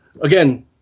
Again